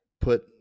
put